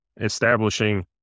establishing